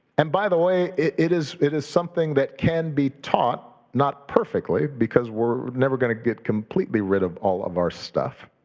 and by the way, it is it is something that can be taught, not perfectly, because we're never gonna get completely rid of all of our stuff,